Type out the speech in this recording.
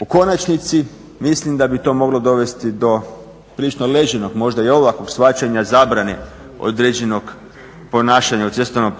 U konačnici mislim da bi to moglo dovesti do prilično ležernog možda i olakog shvaćanja zabrane određenog ponašanja u cestovnom